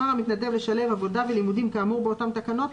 בחר המתנדב לשלב עבודה ולימודים כאמור באותן תקנות,